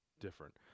different